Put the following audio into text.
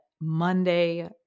Monday